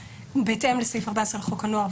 בהתאם לסעיף 14 לחוק הנוער,